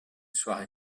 soirée